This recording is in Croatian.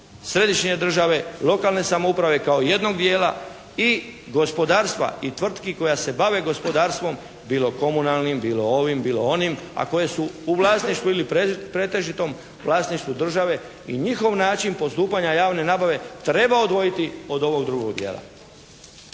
središnje države, lokalne samouprave kao jednog dijela i gospodarstva i tvrtki koja se bave gospodarstvom, bilo komunalnim, bilo ovim, bilo onim, a koje su u vlasništvu ili pretežitom vlasništvu države. I njihov način postupanja javne nabave treba odvojiti od ovog drugog dijela.